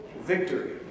victory